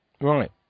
Right